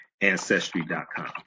Ancestry.com